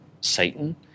Satan